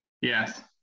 Yes